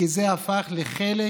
הצורך בממשלת חירום.